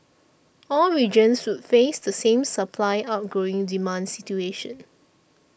all regions would face the same supply outgrowing demand situation